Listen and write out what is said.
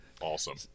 Awesome